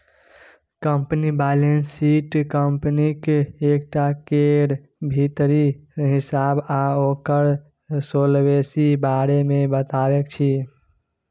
कंपनीक balance sheet कंपनीक टका केर भीतरी हिसाब आ ओकर सोलवेंसी बारे मे बताबैत छै